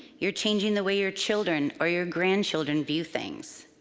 you're changing the way your children or your grandchildren view things,